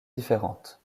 différentes